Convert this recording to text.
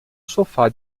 sofá